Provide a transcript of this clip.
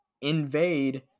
invade